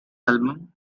album